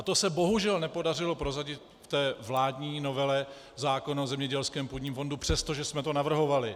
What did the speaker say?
To se bohužel nepodařilo prosadit ve vládní novele zákona o zemědělském půdním fondu, přestože jsme to navrhovali.